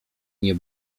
nie